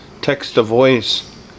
text-to-voice